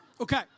Okay